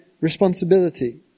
responsibility